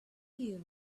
you